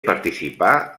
participà